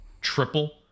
triple